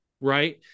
right